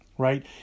Right